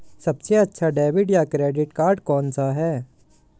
सबसे अच्छा डेबिट या क्रेडिट कार्ड कौन सा है?